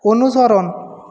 অনুসরণ